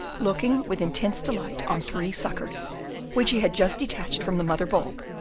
looking with intense delight on three suckers which he had just detached from the mother bulb,